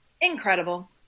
Incredible